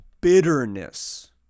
bitterness